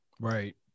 right